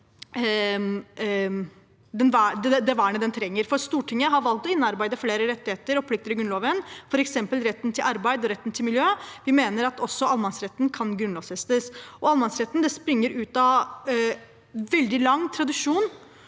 det vernet den trenger. Stortinget har valgt å innarbeide flere rettigheter og plikter i Grunnloven, f.eks. retten til arbeid og retten til miljø. Vi mener at også allemannsretten kan grunnlovfestes. Allemannsretten springer ut av en veldig lang tradisjon.